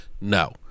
No